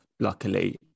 luckily